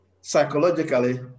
psychologically